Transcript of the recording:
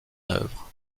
œuvre